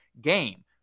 game